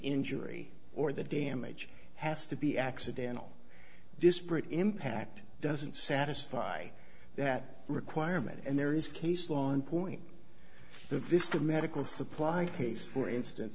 injury or the damage has to be accidental disparate impact doesn't satisfy that requirement and there is case law on point the vista medical supply case for instance